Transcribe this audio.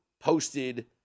posted